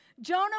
Jonah